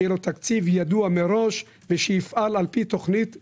שיהיה לו תקציב ידוע מראש ושיפעל לפי תוכנית מראש.